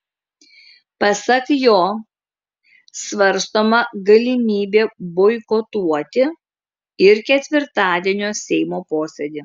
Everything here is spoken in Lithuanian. pasak jo svarstoma galimybė boikotuoti ir ketvirtadienio seimo posėdį